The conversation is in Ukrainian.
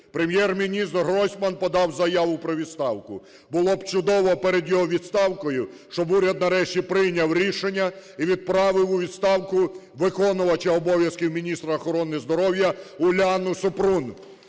Прем'єр-міністр Гройсман подав заяву про відставку. Було б чудово перед його відставкою, щоб уряд нарешті прийняв рішення і відправив у відставку виконувача обов'язків міністра охорони здоров'я Уляну Супрун,